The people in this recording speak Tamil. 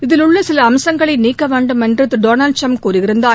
இதில் உள்ள சில அம்சங்களை நீக்க வேண்டும் என்று திரு டொனால்டு டிரம்ப் கூறியிருந்தார்